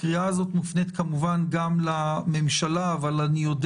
הקריאה הזאת מופנית כמובן גם לממשלה אבל אני יודע